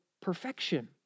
perfection